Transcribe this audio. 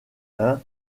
hein